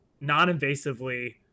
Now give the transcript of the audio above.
non-invasively